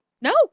No